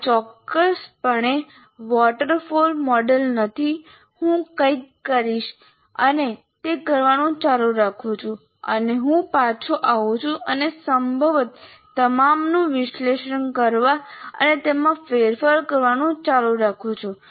આ ચોક્કસપણે waterfall model નથી હું કંઈક કરીશ અને તે કરવાનું ચાલુ રાખું છું અને હું પાછો આવું છું અને સંભવત તમામનું વિશ્લેષણ કરવા અને તેમાં ફેરફાર કરવાનું ચાલુ રાખું છું